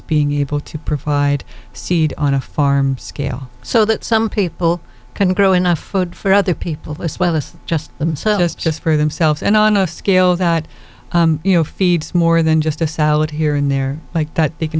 being able to provide seed on a farm scale so that some people can grow enough food for other people as well as just themselves just for themselves and on a scale that you know feeds more than just a salad here and there like that they can